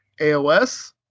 AOS